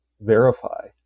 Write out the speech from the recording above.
verify